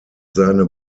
seine